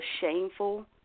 shameful